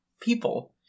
people